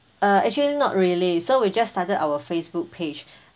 uh actually not really so we just started our Facebook page